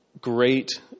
great